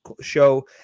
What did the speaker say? show